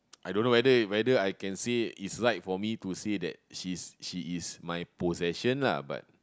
I don't know whether whether I can say it's right for me to say that she she is my possession lah but